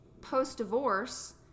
post-divorce